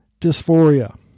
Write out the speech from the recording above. dysphoria